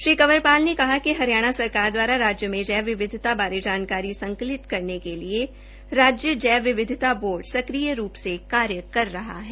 श्री कंवरपाल ने कहा कि हरियाणा सरकार द्वारा राजय में जैव विविधता बारे जानकारी संकलित करने के लिए राज्य जैव विविधता बोर्ड सक्रिय रूप से कार्य कर रहा है